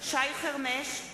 שי חרמש,